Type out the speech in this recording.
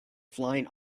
flying